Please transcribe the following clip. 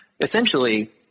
Essentially